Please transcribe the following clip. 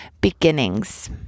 Beginnings